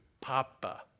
Papa